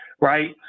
right